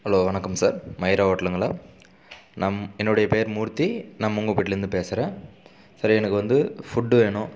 hello வணக்கம் sir Mayura ஹோட்டலுங்களா நம் என்னுடைய பெயர் மூர்த்தி நான் மோங்கபட்டிலேந்து பேசுகிறேன் சார் எனக்கு வந்து ஃபுட்டு வேணும்